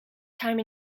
time